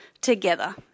together